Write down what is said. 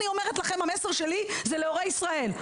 המסר שלי פה הוא להורי ישראל: